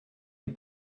and